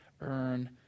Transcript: earn